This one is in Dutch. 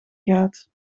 gaat